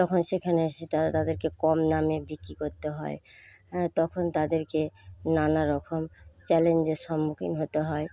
তখন সেখানে সেটা তাদেরকে কম দামে বিক্রি করতে হয় তখন তাদেরকে নানারকম চ্যালেঞ্জের সম্মুখীন হতে হয়